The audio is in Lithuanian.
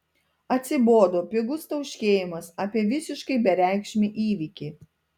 atsibodo pigus tauškėjimas apie visiškai bereikšmį įvykį